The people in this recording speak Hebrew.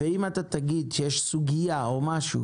ואם אתה תגיד שיש סוגיה או משהו